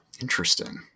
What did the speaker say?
Interesting